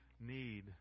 need